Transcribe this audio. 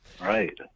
Right